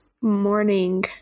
morning